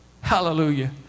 Hallelujah